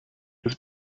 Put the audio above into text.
was